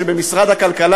שבמשרד הכלכלה,